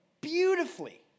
beautifully